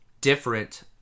different